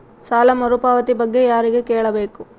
ಸಾಲ ಮರುಪಾವತಿ ಬಗ್ಗೆ ಯಾರಿಗೆ ಕೇಳಬೇಕು?